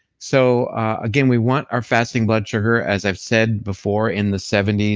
so again, we want our fasting blood sugar, as i've said before, in the seventy